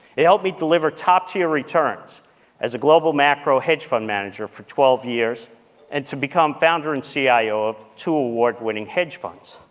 it helped me deliver top-tier returns as a global macro hedge fund manager for twelve years and to become founder and cio ah of two award-winning hedge funds.